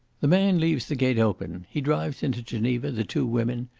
the man leaves the gate open he drives into geneva the two women,